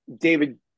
David